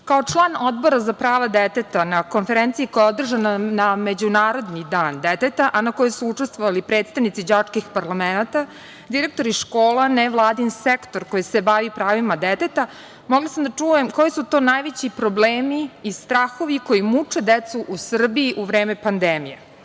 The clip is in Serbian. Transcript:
Kao član Odbora za prava deteta, na konferenciji koja je održana na Međunarodni dan deteta, a na kojoj su učestvovali predstavnici đačkih parlamenata, direktori škola, nevladin sektor koji se bavi pravima deteta, mogla sam da čujem koji su to najveći problemi i strahovi koji muče decu u Srbiji u vreme pandemije. Zaključak